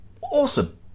Awesome